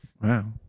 Wow